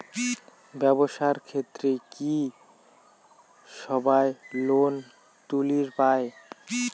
ব্যবসার ক্ষেত্রে কি সবায় লোন তুলির পায়?